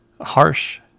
harsh